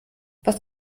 was